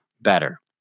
better